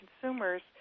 consumers